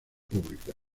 públicas